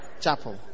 Chapel